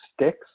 sticks